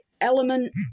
element